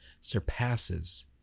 surpasses